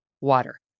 Water